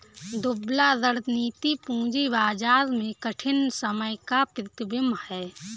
दुबला रणनीति पूंजी बाजार में कठिन समय का प्रतिबिंब है